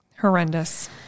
Horrendous